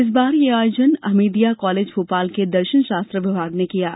इस बार यह आयोजन हमीदिया कालेज भोपाल के दर्शन शास्त्र विभाग ने किया है